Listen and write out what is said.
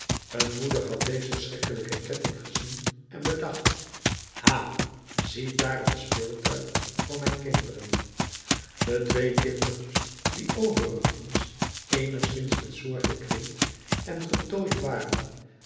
een moeder had dezen schrikkelijken ketting gezien en gedacht ha ziedaar een speeltuig voor mijn kinderen de twee kindertjes die overigens eenigszins met zorg gekleed en getooid waren